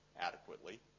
adequately